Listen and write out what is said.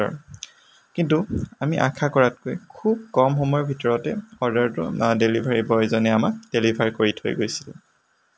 কিন্তু আমি আশা কৰাতকৈ খুব কম সময়ৰ ভিতৰতে অৰ্ডাৰটো ডেলিভাৰী বয়জনে আমাক ডেলিভাৰী কৰি থৈ গৈছে